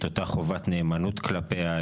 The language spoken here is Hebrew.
אותה חובת נאמנות כלפיה,